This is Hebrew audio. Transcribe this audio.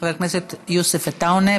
חבר הכנסת יוסף עטאונה.